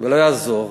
ולא יעזור: